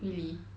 really